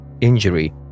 injury